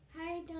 Hi